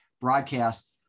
broadcast